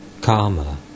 Karma